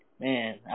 Man